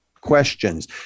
questions